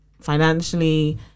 financially